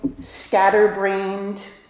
scatterbrained